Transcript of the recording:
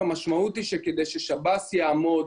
המשמעות היא שכדי ששב"ס יעמוד